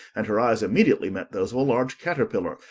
and her eyes immediately met those of a large caterpillar,